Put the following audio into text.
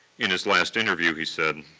in his last interview he said,